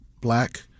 black